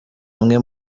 amwe